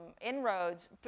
inroads